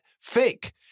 fake